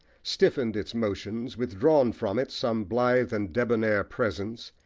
stiffened its motions, withdrawn from it some blithe and debonair presence,